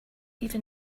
even